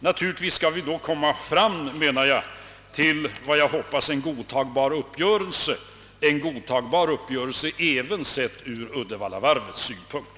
Naturligtvis skall vi då försöka komma fram till vad jag hoppas vara en godtagbar uppgörelse — godtagbar även ur Uddevallavarvets synpunkt.